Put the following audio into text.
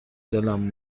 دلم